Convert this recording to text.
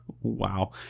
wow